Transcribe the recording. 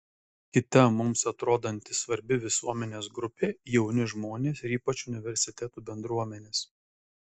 kita mums atrodanti svarbi visuomenės grupė jauni žmonės ir ypač universitetų bendruomenės